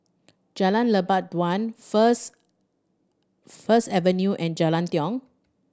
Jalan Lebat Daun First First Avenue and Jalan Tiong